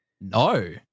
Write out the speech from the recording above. No